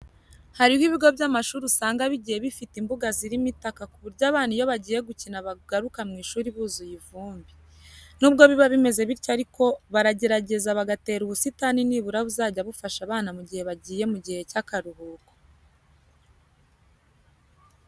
Hari ibigo by'amashuri usanga bigiye bifite imbuga zirimo itaka ku buryo abana iyo bagiye gukina bagaruka mu ishuri buzuye ivumbi. Nubwo biba bimeze bityo ariko baragerageza bagatera ubusitani nibura buzajya bufasha abana mu gihe bagiye mu gihe cy'akaruhuko.